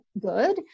good